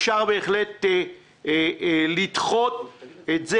אפשר בהחלט לדחות את זה.